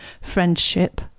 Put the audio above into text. friendship